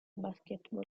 basketball